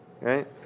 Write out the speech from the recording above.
right